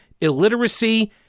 illiteracy